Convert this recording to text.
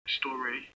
story